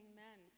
Amen